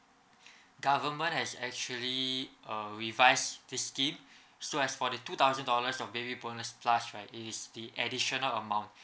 government has actually uh revise this scheme so as for the two thousand dollars of baby bonus plus right it is the additional amount